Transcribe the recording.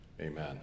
Amen